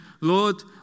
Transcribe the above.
Lord